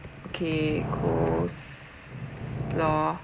okay coleslaw